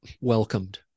welcomed